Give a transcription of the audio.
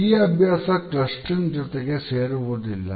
ಈ ಅಭ್ಯಾಸ ಕ್ಲಸ್ಟರಿಂಗ್ ಜೊತೆಗೆ ಸೇರಿರುವುದಿಲ್ಲ